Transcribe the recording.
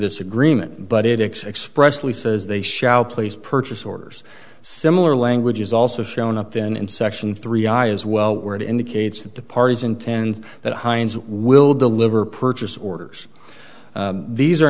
this agreement but it expressly says they shall place purchase orders similar language is also shown up then in section three i as well where it indicates that the parties intend that heinz will deliver purchase orders these are